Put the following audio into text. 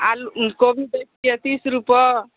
आलू कोबी दै छियै तीस रूपअ